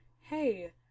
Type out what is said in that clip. hey